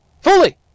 fully